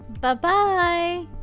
Bye-bye